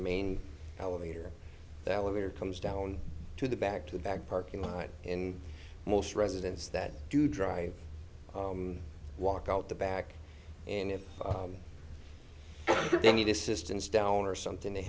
main elevator the elevator comes down to the back to back parking lot in most residents that do drive walk out the back and if they need assistance down or something they